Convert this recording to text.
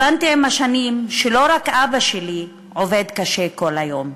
הבנתי עם השנים שלא רק אבא שלי עובד קשה כל היום,